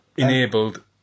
Enabled